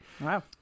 Wow